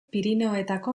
pirinioetako